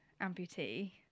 amputee